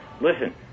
listen